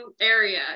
area